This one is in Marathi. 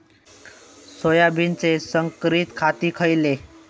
सोयाबीनचे संकरित जाती खयले?